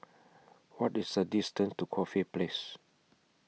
What IS The distance to Corfe Place